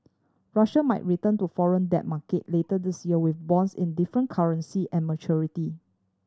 Russia might return to foreign debt market later this year with bonds in different currency and maturity